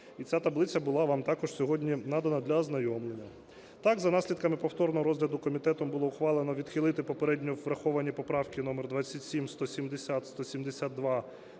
і ця таблиця була вам також сьогодні надана для ознайомлення. Так, за наслідками повторного розгляду комітетом було ухвалено відхилити попередньо враховані поправки номер 27, 10, 172